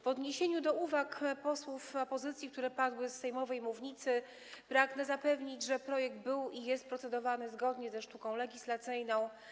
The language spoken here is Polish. W odniesieniu do uwag posłów opozycji, które padły z sejmowej mównicy, pragnę zapewnić, że projekt był i jest procedowany zgodnie ze sztuką legislacyjną.